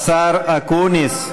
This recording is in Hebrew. השר אקוניס.